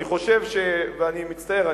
אני מצטער.